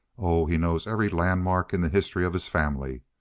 oh, he knows every landmark in the history of his family.